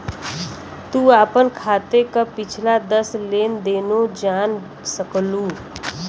तू आपन खाते क पिछला दस लेन देनो जान सकलू